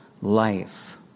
life